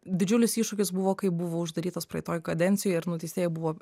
didžiulis iššūkis buvo kaip buvo uždarytas praeitoj kadencijoj ir nuteistieji buvo